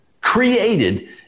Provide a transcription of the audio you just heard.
created